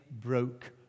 broke